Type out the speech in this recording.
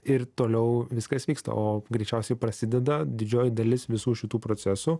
ir toliau viskas vyksta o greičiausiai prasideda didžioji dalis visų šitų procesų